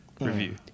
review